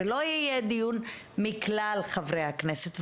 ולא יהיה דיון עם כלל חברי הכנסת,